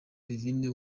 divine